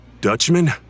Dutchman